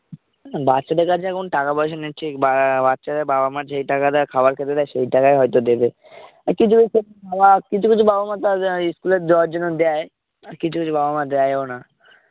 বাচ্চাদের কাছে এখন টাকা পয়সা নিচ্ছি বা বাচ্চাদের বাবা মা যেই টাকাটা খাবার খেতে দেয় সেই টাকাই হয়তো দেবে কিছু কিছু বাবা কিছু কিছু বাবা মা তাদের স্কুলে দেওয়ার জন্য দেয় আর কিছু কিছু বাবা মা দেয়ও না